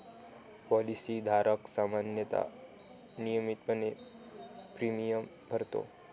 policy धारक सामान्यतः नियमितपणे प्रीमियम भरतो